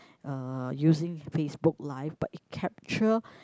uh using Facebook live but it capture